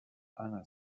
alain